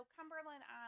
Cumberland